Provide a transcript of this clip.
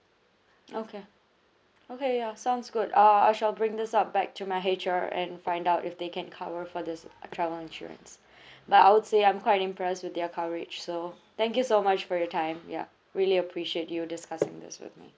okay okay ya sounds good uh I shall bring this up back to my H_R and find out if they can cover for this travel insurance but I would say I'm quite impress with their coverage so thank you so much for your time ya really appreciate you discussing this with me